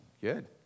Good